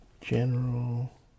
general